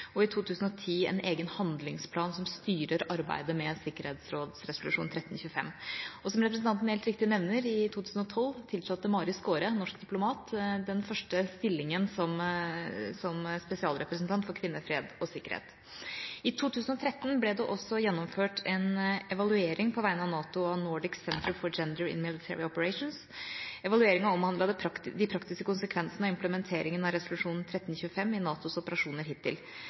og i 2010 en egen handlingsplan som styrer arbeidet med sikkerhetsrådsresolusjon 1325. Som representanten helt riktig nevner, tiltrådte Mari Skåre, en norsk diplomat, i 2012 den første stillingen som spesialrepresentant for kvinner, fred og sikkerhet. I 2013 ble det gjennomført en evaluering på vegne av NATO og Nordic Centre for Gender in Military Operations. Evalueringa omhandlet de praktiske konsekvensene av implementeringen av resolusjon 1325 i NATOs operasjoner hittil.